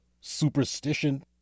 superstition